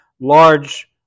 large